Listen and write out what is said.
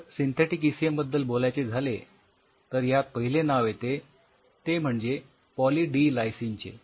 तर synthetic ECM बद्दल बोलायचे झाले तर यात पाहिले नाव येते ते म्हणजे पॉली डी लायसिन चे